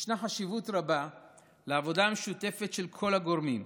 ישנה חשיבות רבה לעבודה משותפת של כל הגורמים,